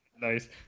Nice